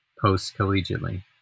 post-collegiately